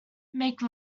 make